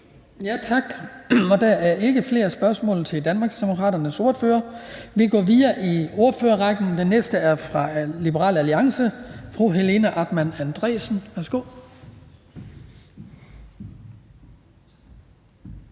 Tak. Der er ikke flere spørgsmål til Danmarksdemokraternes ordfører. Vi går videre i ordførerrækken. Den næste er fra Liberal Alliance, og det er fru Helena Artmann Andresen. Værsgo.